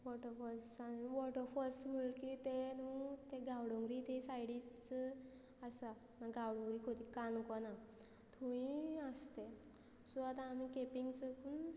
वॉटरफॉल्सान waterfalls म्हणलें की ते न्हू ते गावडोंगरी ते सायडीच आसा गावडोंगरी खंय काणकोना थूंय आसा ते सो आतां आमी केपींग साकून